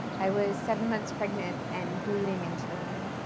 i was seven months pregnant and bleeding internally.